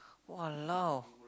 !walao!